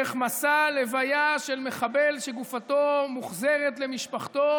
איך מסע הלוויה של מחבל שגופתו מוחזרת למשפחתו